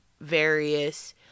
various